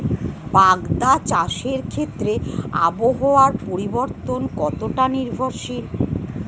বাগদা চাষের ক্ষেত্রে আবহাওয়ার পরিবর্তন কতটা নির্ভরশীল?